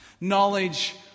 Knowledge